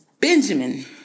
Benjamin